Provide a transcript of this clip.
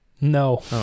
no